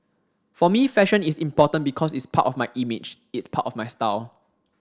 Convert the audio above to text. for me fashion is important because it's part of my image it's part of my style